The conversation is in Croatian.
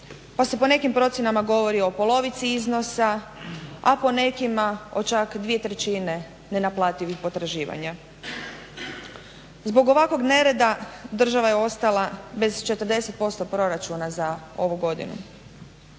pa se po nekim procjenama govori o polovici iznosa, a po nekima o čak 2/3 nenaplativih potraživanja. Zbog ovakvog nereda država je ostala bez 40% proračuna za ovu godinu.